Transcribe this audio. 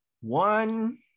One